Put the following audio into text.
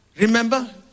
Remember